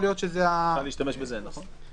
להיות --- אפשר להשתמש בזה, נכון?